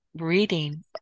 reading